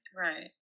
Right